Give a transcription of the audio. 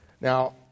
Now